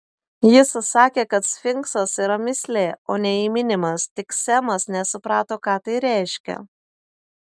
jis sakė kad sfinksas yra mįslė o ne įminimas tik semas nesuprato ką tai reiškia